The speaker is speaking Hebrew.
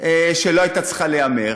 שלא הייתה צריכה להיאמר,